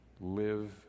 live